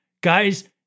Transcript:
Guys